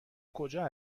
کجا